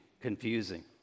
confusing